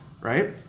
right